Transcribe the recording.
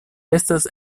estas